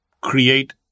create